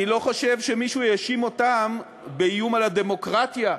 אני לא חושב שמישהו האשים אותם באיום על הדמוקרטיה,